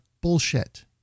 bullshit